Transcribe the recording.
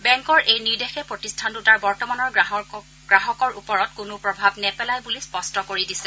বেংকে এই নিৰ্দেশে প্ৰতিষ্ঠান দুটাৰ বৰ্তমানৰ গ্ৰাহকৰ ওপৰত কোনো প্ৰভাৱ নেপেলাই বুলি স্পষ্ট কৰি দিছে